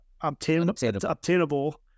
obtainable